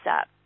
up